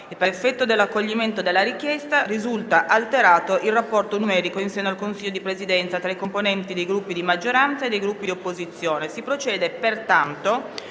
per effetto dell'accoglimento della richiesta, risulta alterato il rapporto numerico in seno al Consiglio di Presidenza tra i componenti dei Gruppi di maggioranza e dei Gruppi di opposizione. Si procede pertanto,